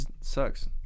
sucks